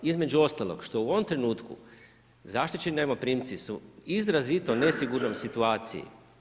Između ostalog što u ovom trenutku zaštićeni najmoprimci su izrazito nesigurnoj situaciji.